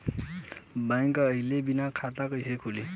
Bank गइले बिना खाता कईसे खुली?